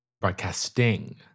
Broadcasting